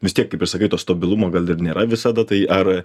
vis tiek kaip ir sakai to stabilumo gal ir nėra visada tai ar